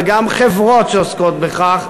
וגם חברות שעוסקות בכך,